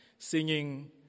singing